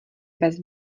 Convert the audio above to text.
bez